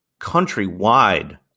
countrywide